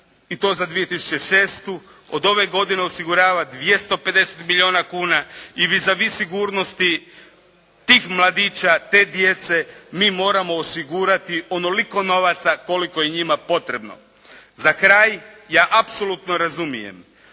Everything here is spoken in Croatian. i to za 2006. Od ove godine osigurava 250 milijuna kuna. I vis a vis sigurnosti tih mladića, te djece mi moramo osigurati onoliko novaca koliko je njima potrebno. Za kraj ja apsolutno razumijem